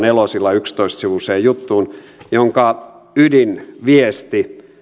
nelosilla yksitoistasivuiseen juttuun jonka ydinviesti